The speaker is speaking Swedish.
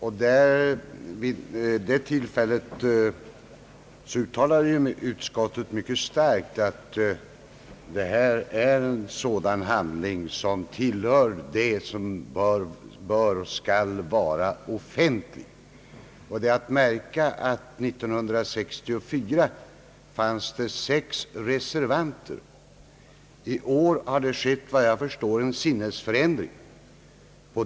Vid det tillfället påpekades kraftigt att röstlängderna hör till de handlingar som bör vara offentliga. Det är att märka att 1964 fanns det sex reservanter. Efter vad jag förstår har det i år inträtt en sinnesförändring.